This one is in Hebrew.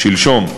שלשום,